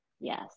Yes